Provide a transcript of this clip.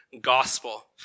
gospel